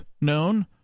known